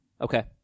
Okay